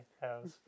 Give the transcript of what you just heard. house